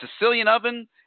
SicilianOven